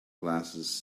glasses